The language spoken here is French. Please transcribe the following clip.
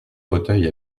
fauteuils